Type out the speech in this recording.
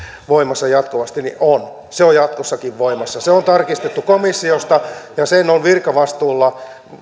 voimassa jatkuvasti on se on jatkossakin voimassa se on tarkistettu komissiosta ja sen on virkavastuulla